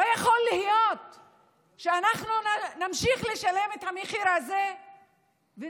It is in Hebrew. לא יכול להיות שאנחנו נמשיך לשלם את המחיר הזה ונשתוק.